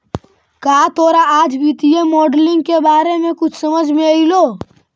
का तोरा आज वित्तीय मॉडलिंग के बारे में कुछ समझ मे अयलो?